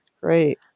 Great